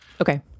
Okay